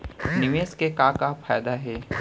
निवेश के का का फयादा हे?